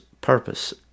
purpose